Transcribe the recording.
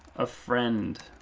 a friend